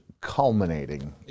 culminating